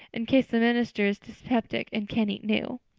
in case the minister is dyspeptic and can't eat new.